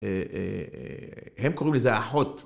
הם קוראים לזה אחות.